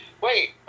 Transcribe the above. Wait